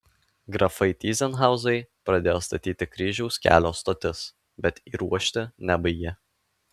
grafai tyzenhauzai pradėjo statyti kryžiaus kelio stotis bet įruošti nebaigė